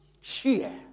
cheer